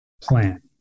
plan